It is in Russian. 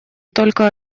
только